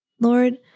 Lord